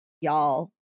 y'all